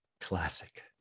classic